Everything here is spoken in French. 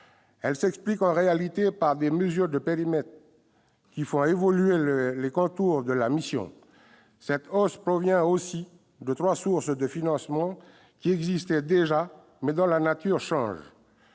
elle s'explique en réalité par des mesures de périmètre qui font évoluer les contours de la mission, ainsi que par trois sources de financement qui existaient déjà, mais dont la nature change.